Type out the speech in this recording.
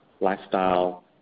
lifestyle